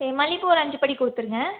சரி மல்லி பூ ஒரு அஞ்சு படி கொடுத்துடுங்க